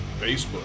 Facebook